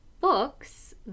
books